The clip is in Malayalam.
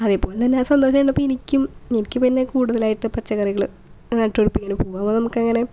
അതേപോലെതന്നെ ആ സന്തോഷം കണ്ടപ്പോൾ എനിക്കും എനിക്ക് പിന്നെ കൂടുതലായിട്ട് പച്ചക്കറികള് നട്ടുപിടിപിടിപ്പിക്കണം പൂവാകുമ്പോൾ നമുക്ക് അങ്ങനെ